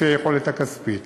לפי היכולת הכספית.